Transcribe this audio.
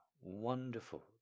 wonderful